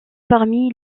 parmi